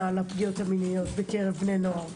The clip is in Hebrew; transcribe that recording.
על הפגיעות המיניות בקרב בני נוער.